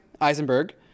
Eisenberg